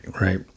Right